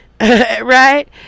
right